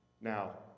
now